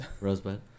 Rosebud